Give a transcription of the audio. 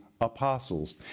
apostles